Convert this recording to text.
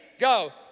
Go